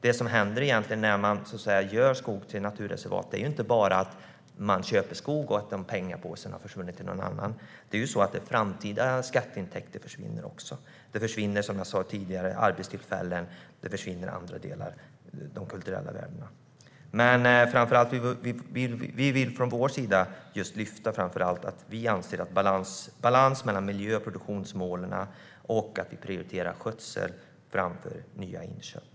Det som händer när man gör skog till naturreservat handlar inte bara om att man köper skog och att pengapåsarna försvinner till någon annan. Framtida skatteintäkter försvinner också. Det försvinner arbetstillfällen, som jag sa tidigare, och det försvinner andra delar som de kulturella värdena. Framför allt: Vi vill från vår sida lyfta fram att vi anser att det ska råda balans mellan miljö och produktionsmålen och att vi prioriterar skötsel framför nya inköp.